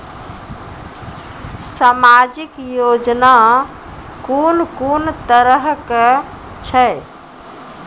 समाजिक योजना कून कून तरहक छै?